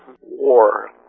war